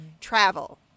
travel